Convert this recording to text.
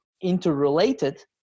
interrelated